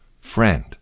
Friend